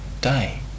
day